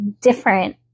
different